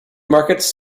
markets